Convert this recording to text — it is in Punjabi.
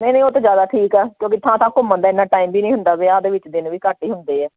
ਨਹੀਂ ਨਹੀਂ ਉਹ ਤਾਂ ਜਿਆਦਾ ਠੀਕ ਆ ਕਿਉਂਕਿ ਥਾਂ ਥਾਂ ਘੁੰਮਣ ਦਾ ਇੰਨਾ ਟਾਈਮ ਵੀ ਨਹੀਂ ਹੁੰਦਾ ਵਿਆਹ ਦੇ ਵਿੱਚ ਦਿਨ ਵੀ ਘੱਟ ਹੀ ਹੁੰਦੇ ਆ